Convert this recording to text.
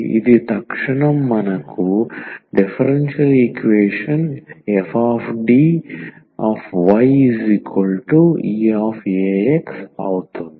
ఇది తక్షణం మనకు డిఫరెన్షియల్ ఈక్వేషన్ fDyeax ఉంటుంది